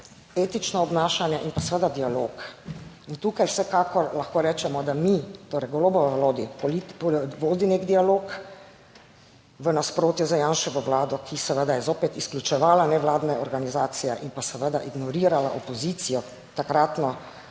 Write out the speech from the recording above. Etično obnašanje in pa seveda dialog. In tukaj vsekakor lahko rečemo, da mi torej golobovodi nek dialog, v nasprotju z Janševo vlado, ki seveda je zopet izključevala nevladne organizacije in pa seveda ignorirala opozicijo, takratno,